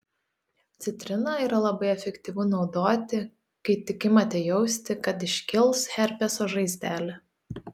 citrina yra labai efektyvu naudoti kai tik imate jausti kad iškils herpeso žaizdelė